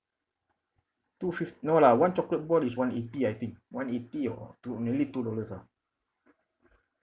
two fif~ no lah one chocolate ball is one eighty I think one eighty or two nearly two dollars ah